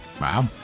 Wow